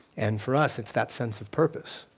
and for us, it's that sense of purpose.